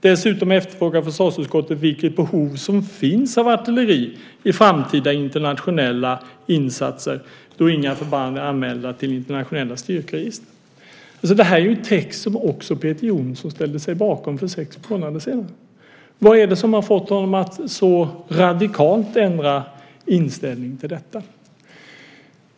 Dessutom efterfrågar försvarsutskottet vilket behov som finns av artilleri i framtida internationella insatser då inga förband är anmälda till internationella styrkeregister ." Det här är ju en text som också Peter Jonsson ställde sig bakom för sex månader sedan. Vad är det som har fått honom att så radikalt ändra inställning till detta?